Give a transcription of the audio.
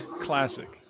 Classic